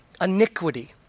iniquity